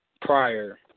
prior